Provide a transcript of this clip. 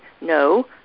No